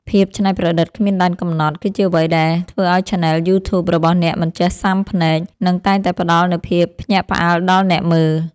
ភាពច្នៃប្រឌិតគ្មានដែនកំណត់ គឺជាអ្វីដែលធ្វើឱ្យឆានែលយូធូប របស់អ្នកមិនចេះស៊ាំភ្នែក និងតែងតែផ្តល់នូវភាពភ្ញាក់ផ្អើលដល់អ្នកមើល។